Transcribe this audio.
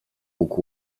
bóg